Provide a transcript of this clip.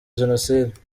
jenoside